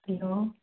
hello